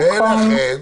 ולכן?